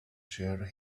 sure